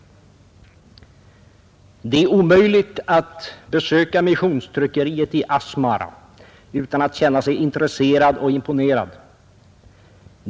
Det är omöjligt att besöka missionstryckeriet i Asmara utan att känna sig intresserad och imponerad.